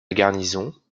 garnison